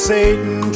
Satan